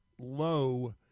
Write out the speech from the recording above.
low